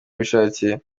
wishakiye